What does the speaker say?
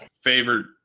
favorite